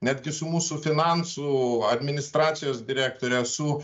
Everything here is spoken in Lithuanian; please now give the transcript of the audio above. netgi su mūsų finansų administracijos direktore su